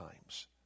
times